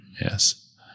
Yes